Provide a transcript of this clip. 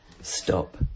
Stop